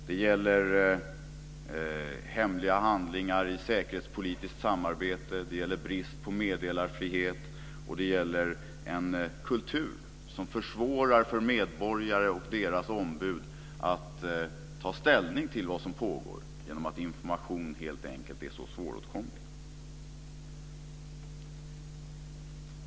Det gäller hemliga handlingar i säkerhetspolitiskt samarbete, brist på meddelarfrihet och en kultur som försvårar för medborgare och deras ombud att ta ställning till det som pågår genom att information helt enkelt är så svåråtkomlig.